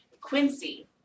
Quincy